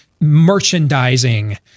merchandising